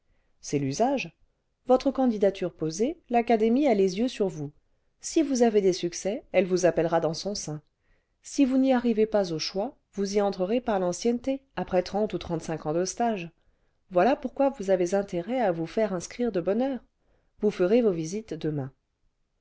c'est l'usage votre candidature posée l'académie a les yeux suivons si vous avez des succès elle vous appellera dans son sein si vous n'y arrivez pas au choix vous y entrerez par l'ancienneté après trente ou trente-cinq ans de stage voilà pourquoi vous avez intérêt à vous faire inscrire de bonne heure vous ferez vos visites demain